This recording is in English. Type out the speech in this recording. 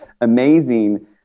amazing